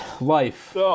Life